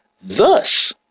Thus